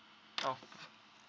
oh